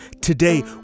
Today